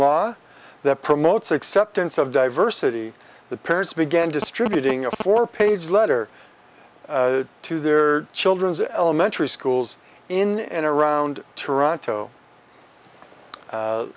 law that promotes acceptance of diversity the parents began distributing a four page letter to their children's elementary schools in and around toronto